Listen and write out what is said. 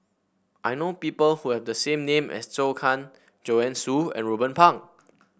I know people who have the same name as Zhou Can Joanne Soo and Ruben Pang